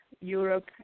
Europe